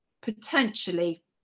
potentially